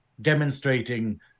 demonstrating